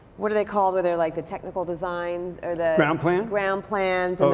what do they call, where they're like the technical designs? or the ground plans. ground plans?